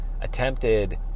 attempted